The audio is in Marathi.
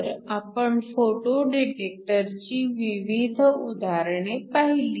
तर आपण फोटो डीटेक्टरची विविध उदाहरणे पाहिली